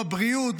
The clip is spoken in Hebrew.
בבריאות,